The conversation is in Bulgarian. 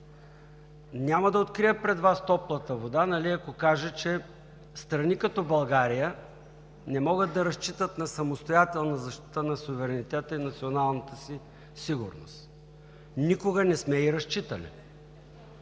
Няма да открия пред Вас топлата вода, ако кажа, че страни като България не могат да разчитат на самостоятелна защита на суверенитета и националната сигурност. Никога не сме и разчитали.